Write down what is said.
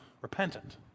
repentant